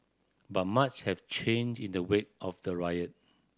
but much has changed in the wake of the riot